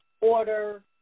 order